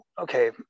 okay